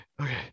Okay